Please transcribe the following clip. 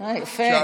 אה, יפה.